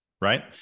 right